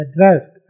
addressed